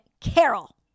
Carol